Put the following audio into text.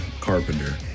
Carpenter